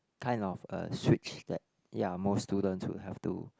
kind of a switch that ya most students would have to